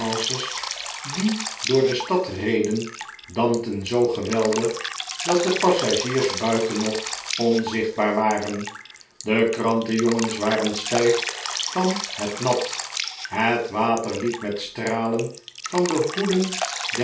die door de stad reden dampten zoo geweldig dat de passagiers buitenop onzichtbaar waren de krantenjongens waren stijf van het nat het water liep met stralen van de hoeden